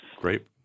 Great